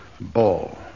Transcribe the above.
Ball